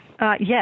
yes